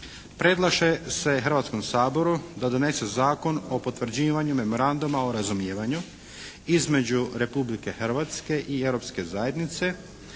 Predlaže se Hrvatskom saboru da donese Zakon o potvrđivanju Memoranduma o razumijevanju između Republike Hrvatske i Europske zajednice